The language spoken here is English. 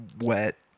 wet